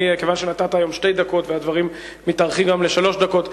כיוון שנתת היום שתי דקות והדברים מתארכים גם לשלוש דקות,